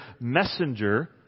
messenger